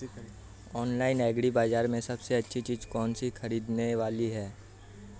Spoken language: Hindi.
ऑनलाइन एग्री बाजार में सबसे अच्छी चीज कौन सी ख़रीदने वाली है?